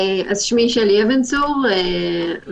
שמי שלי אבן צור ואני,